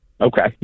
Okay